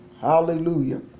Hallelujah